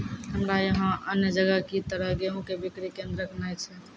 हमरा यहाँ अन्य जगह की तरह गेहूँ के बिक्री केन्द्रऽक नैय छैय?